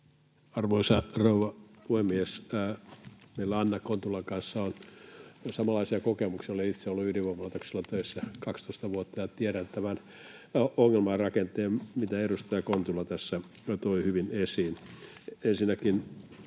Arvoisa rouva puhemies! Meillä Anna Kontulan kanssa on samanlaisia kokemuksia. Olen itse ollut ydinvoimalaitoksella töissä 12 vuotta ja tiedän tämän ongelmarakenteen, mitä edustaja Kontula tässä toi hyvin esiin.